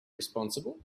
responsible